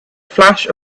flash